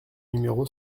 numéro